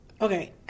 okay